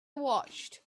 watched